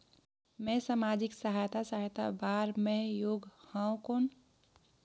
मैं समाजिक सहायता सहायता बार मैं योग हवं कौन?